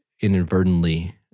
inadvertently